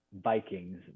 Vikings